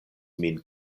min